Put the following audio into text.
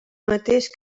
mateix